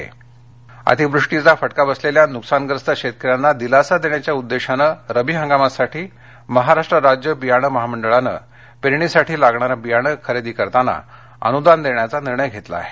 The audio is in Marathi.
अकोला बियाणं अनदान अतिवृष्टीचा फटका बसलेल्या नुकसानग्रस्त शेतकऱ्यांना दिलासा देण्याच्या उद्देशानं रब्बी हंगामासाठी महाराष्ट्र राज्य बियाणं महामंडळानं पेरणीसाठी लागणारं बियाणं खरेदी करताना अनुदान देण्याचा निर्णय घेतला आहे